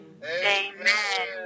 Amen